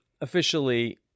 officially